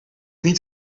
niet